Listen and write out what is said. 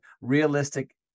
realistic